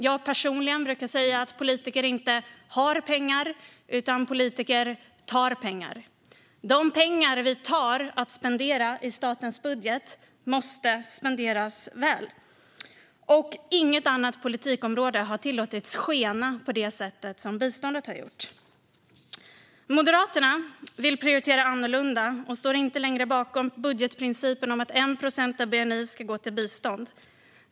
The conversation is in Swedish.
Jag personligen brukar säga att politiker inte har pengar, utan politiker tar pengar. De pengar vi tar för att spendera i statens budget måste spenderas väl, och inget annat politikområde har tillåtits skena på det sätt som biståndet har gjort. Moderaterna vill prioritera annorlunda och står inte bakom budgeteringsprincipen att 1 procent av bni ska gå till bistånd.